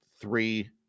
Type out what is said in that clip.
three